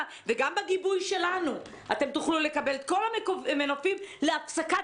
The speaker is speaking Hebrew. וגם בגיבוי שלנו תוכלו לקבל את כל המנופים להפסקת